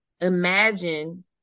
imagine